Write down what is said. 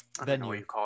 Venue